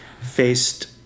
faced